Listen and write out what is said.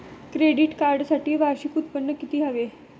Credit कार्डसाठी वार्षिक उत्त्पन्न किती हवे?